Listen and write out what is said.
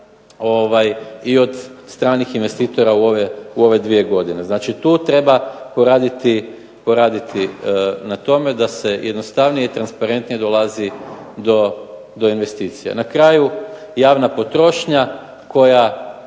i od stranih investitora u ove dvije godine. Znači tu treba poraditi na tome da se jednostavnije i transparentnije dolazi do investicija. Na kraju javna potrošnja koja